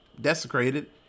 desecrated